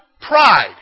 pride